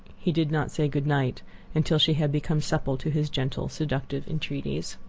he did not say good night until she had become supple to his gentle, seductive entreaties.